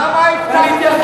אז למה הבטחתם,